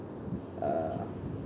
uh